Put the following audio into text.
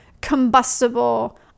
combustible